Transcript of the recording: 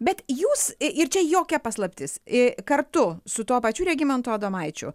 bet jūs ir čia jokia paslaptis i kartu su tuo pačiu regimantu adomaičiu